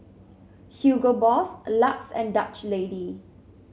Hugo Boss Lux and Dutch Lady